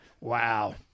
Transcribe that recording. Wow